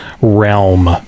realm